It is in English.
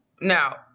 Now